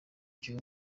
gihe